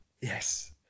Yes